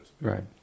Right